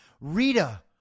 Rita